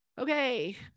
Okay